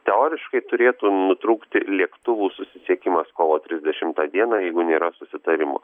teoriškai turėtų nutrūkti lėktuvų susisiekimas kovo trisdešimtą dieną jeigu nėra susitarimo